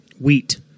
wheat